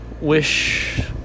wish